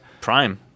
Prime